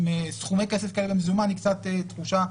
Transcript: סכומי כסף כאלה במזומן היא קצת תחושה.